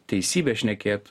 teisybę šnekėt